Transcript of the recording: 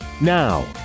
Now